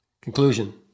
Conclusion